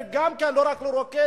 גם כן לא רק לרוקן,